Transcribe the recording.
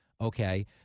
Okay